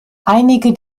einige